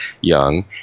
young